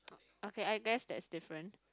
okay I guess that's different